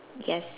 yes